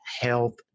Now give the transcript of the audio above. health